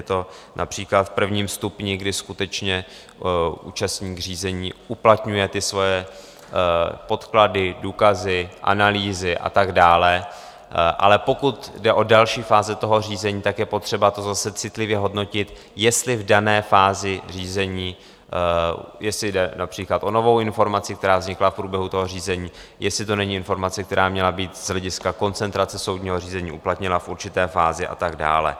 Je to například v prvním stupni, kdy skutečně účastník řízení uplatňuje svoje podklady, důkazy, analýzy a tak dále, ale pokud jde o další fáze toho řízení, tak je potřeba to zase citlivě hodnotit, jestli v dané fázi řízení jde například o novou informaci, která vznikla v průběhu toho řízení, jestli to není informace, která měla být z hlediska koncentrace soudního řízení uplatněna v určité fázi, a tak dále.